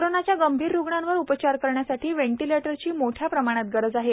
कोरोनाच्या गंभिर रुग्णांवर उपचार करण्यासाठी व्हेंटीलेटरची मोठ्या प्रमाणात गरज आहे